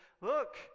look